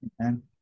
amen